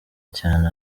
cyane